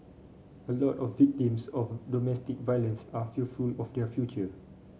a lot of victims of domestic violence are fearful of their future